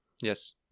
yes